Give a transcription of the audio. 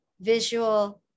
visual